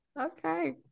okay